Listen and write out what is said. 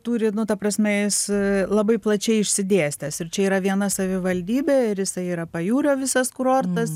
turi nu ta prasme jis labai plačiai išsidėstęs ir čia yra viena savivaldybė ir jisai yra pajūrio visas kurortas